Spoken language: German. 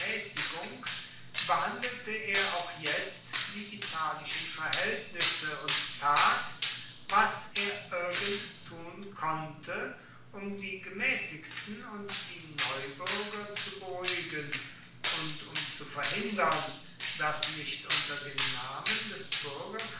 behandelte er auch jetzt die italischen verhältnisse und tat was er irgend tun konnte um die gemäßigten und die neubürger zu beruhigen und um zu verhindern daß nicht unter dem namen des